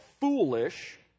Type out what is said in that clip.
foolish